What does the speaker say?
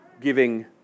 giving